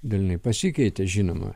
dalinai pasikeitė žinoma